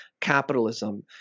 capitalism